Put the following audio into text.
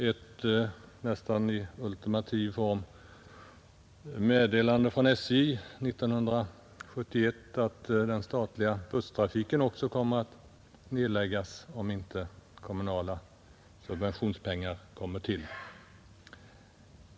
Från SJ kommer 1971 ett nästan i ultimativ form hållet meddelande att den statliga busstrafiken också kommer att nedläggas, om inte kommunala subventionspengar beviljas.